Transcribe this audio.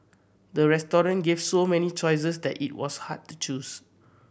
the restaurant give so many choices that it was hard to choose